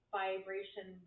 vibration